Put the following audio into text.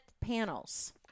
panels